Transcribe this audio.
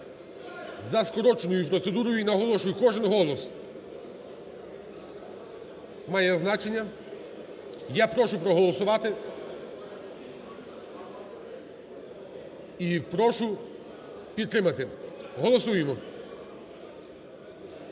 за скороченою процедурою. І наголошую, кожен голос має значення. Я прошу проголосувати і прошу підтримати. Голосуємо.